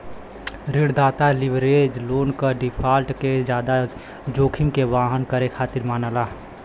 ऋणदाता leverage loan क default के जादा जोखिम के वहन करे खातिर मानला